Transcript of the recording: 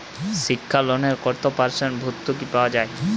শিক্ষা লোনে কত পার্সেন্ট ভূর্তুকি পাওয়া য়ায়?